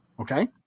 Okay